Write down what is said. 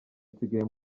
nsigaye